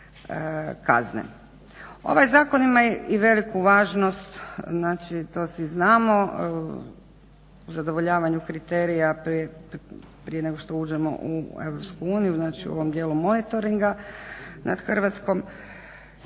Ovaj zakon ima i veliku važnost, znači to svi znamo zadovoljavanju kriterija prije nego što uđemo u EU. Znači, u ovom dijelu monitoringa nad Hrvatskom.